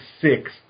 six